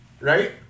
Right